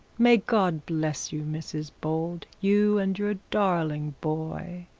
my god bless you, mrs bold, you and your darling boy.